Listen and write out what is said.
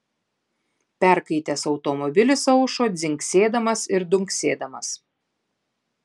perkaitęs automobilis aušo dzingsėdamas ir dunksėdamas